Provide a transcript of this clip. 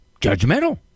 judgmental